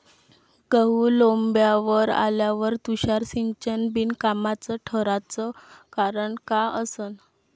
गहू लोम्बावर आल्यावर तुषार सिंचन बिनकामाचं ठराचं कारन का असन?